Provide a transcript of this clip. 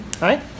right